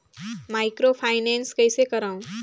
Microfinance कइसे करव?